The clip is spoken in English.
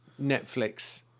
Netflix